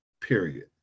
period